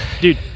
Dude